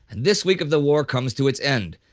this week of the war comes to its end,